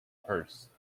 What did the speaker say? purse